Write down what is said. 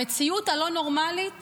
המציאות הלא-נורמלית